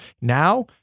Now